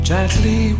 Gently